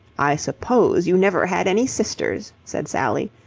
i suppose you never had any sisters, said sally.